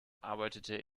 arbeitete